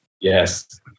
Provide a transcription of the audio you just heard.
Yes